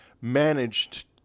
managed